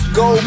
go